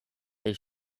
they